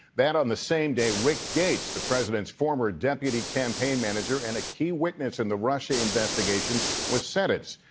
that on the same day rick gates, the president's former deputy campaign manager and a key witness in the russia investigation was sentenced.